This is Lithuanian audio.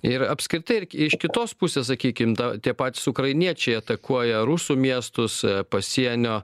ir apskritai ir iš kitos pusės sakykim ta tie patys ukrainiečiai atakuoja rusų miestus pasienio